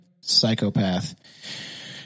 psychopath